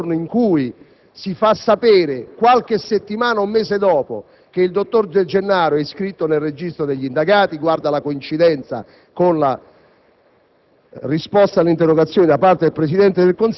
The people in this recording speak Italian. che l'episodio avvenga nello stesso giorno in cui si comunica, qualche settimana o mese dopo, che il dottor De Gennaro è iscritto nel registro degli indagati (guarda la coincidenza con la